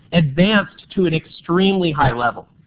advanced to an extremely high level.